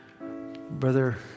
brother